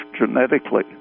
genetically